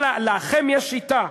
אבל לכם יש שיטה.